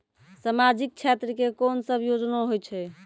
समाजिक क्षेत्र के कोन सब योजना होय छै?